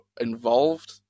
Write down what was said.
involved